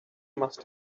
must